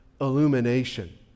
illumination